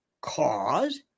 cause